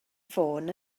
ffôn